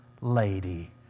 lady